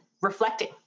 reflecting